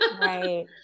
Right